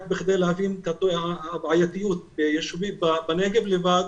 כדי להבין את הבעייתיות, בישובים בנגב בלבד,